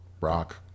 rock